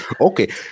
Okay